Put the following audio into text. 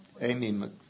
Amy